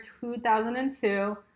2002